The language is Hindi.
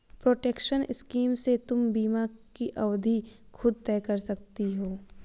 प्रोटेक्शन स्कीम से तुम बीमा की अवधि खुद तय कर सकती हो